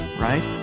right